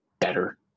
better